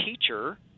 teacher